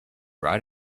right